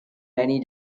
many